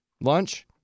lunch